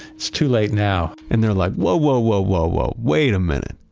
it's too late now. and they're like, whoa, whoa, whoa, whoa, whoa. wait a minute.